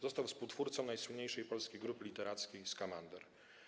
Został współtwórcą najsłynniejszej polskiej grupy literackiej Skamander.